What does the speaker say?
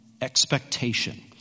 expectation